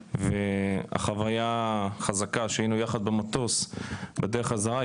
והחוויה החזקה שהיינו יחד במטוס בדרך חזרה,